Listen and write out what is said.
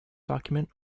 document